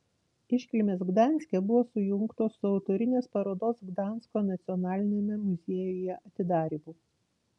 iškilmės gdanske buvo sujungtos su autorinės parodos gdansko nacionaliniame muziejuje atidarymu